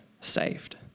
saved